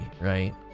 right